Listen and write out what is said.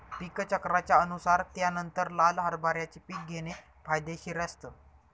पीक चक्राच्या अनुसार त्यानंतर लाल हरभऱ्याचे पीक घेणे फायदेशीर असतं